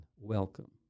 welcome